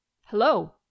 Hello